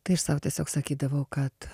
tai aš sau tiesiog sakydavau kad